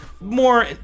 More